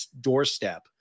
doorstep